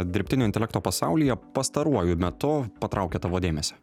dirbtinio intelekto pasaulyje pastaruoju metu patraukė tavo dėmesį